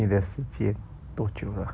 你的时间多久了